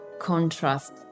contrast